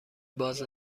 باز